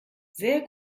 sehr